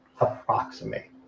approximate